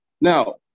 Now